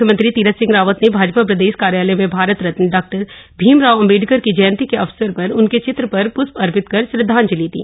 मुख्यमंत्री तीरथ सिंह रावत ने भाजपा प्रदेश कार्यालय में भारत रत्न डॉ भीमराव अम्बेडकर की जयंती के अवसर पर उनके चित्र पर प्रष्प अर्पित कर श्रद्धांजलि दी